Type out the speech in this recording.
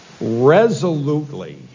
Resolutely